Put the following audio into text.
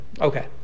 Okay